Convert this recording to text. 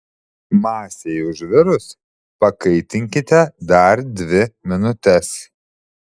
masei užvirus pakaitinkite dar dvi minutes